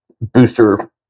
booster